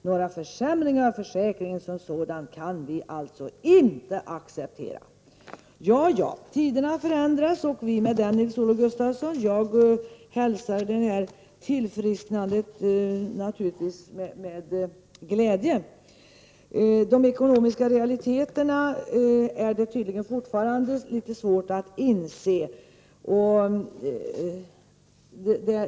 Några försämringar av försäkringen som sådan kan vi alltså inte acceptera.” Ja, ja, tiderna förändras och vi med dem, Nils-Olof Gustafsson. Jag hälsar naturligtvis tillfrisknandet med glädje. De ekonomiska realiteterna är det tydligen fortfarande litet svårt att inse.